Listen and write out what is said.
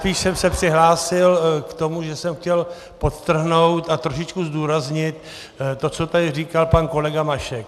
Spíš jsem se přihlásil k tomu, že jsem chtěl podtrhnout a trošičku zdůraznit to, co tady říkal pan kolega Mašek.